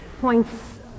points